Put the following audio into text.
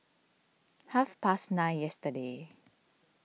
half past nine yesterday